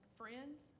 friends